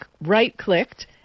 right-clicked